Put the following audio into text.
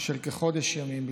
של כחודש ימים בלבד.